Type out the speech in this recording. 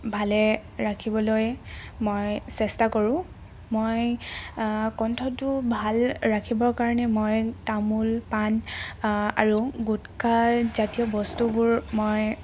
ভালে ৰাখিবলৈ মই চেষ্টা কৰোঁ মই কণ্ঠটো ভাল ৰাখিবৰ কাৰণে মই তামোল পাণ আৰু গুটখাজাতীয় বস্তুবোৰ মই